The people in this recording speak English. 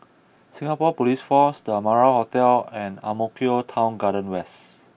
Singapore Police Force The Amara Hotel and Ang Mo Kio Town Garden West